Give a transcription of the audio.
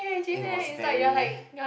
it was very